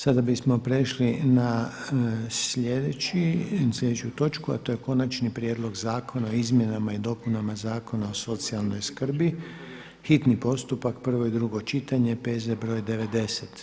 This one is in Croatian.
Sada bismo prešli na sljedeću točku, a to je: - Konačni prijedlog Zakona o izmjenama i dopunama Zakona o socijalnoj skrbi, hitni postupak, prvo i drugo čitanje, P.Z. broj 90.